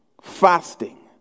fasting